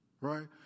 Right